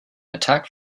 attack